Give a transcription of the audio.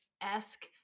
esque